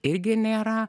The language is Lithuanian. irgi nėra